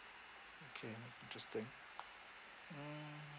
okay interesting mm